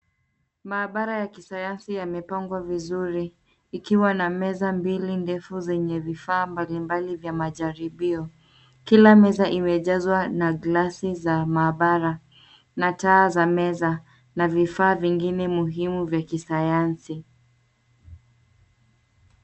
Maabara ya kisayansi yamepangwa vizuri, ikiwa na meza mbili ndefu zenye vifaa mbali mbali , vya majaribio. Kila meza imejazwa na glasi za maabara, na taa za meza. Na vifaa vingine muhimu vya kisayansi.